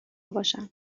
باشم